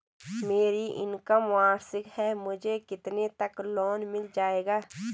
मेरी इनकम वार्षिक है मुझे कितने तक लोन मिल जाएगा?